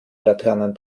laternen